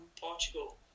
Portugal